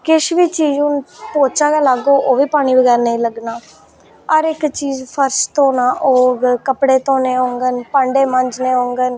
किश बी चीज हून पोच्चा गै लाह्गे ओह् बी पीनी बगैर निं लग्गना हर इक जीज फर्श धोना होग रपड़े धोने होङन भांडे मांजने होङन